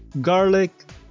garlic